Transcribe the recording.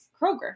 Kroger